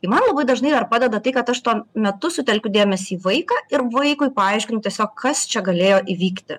ir man labai dažnai dar padeda tai kad aš tuo metu sutelkiu dėmesį į vaiką ir vaikui paaiškinu tiesiog kas čia galėjo įvykti